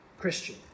Christian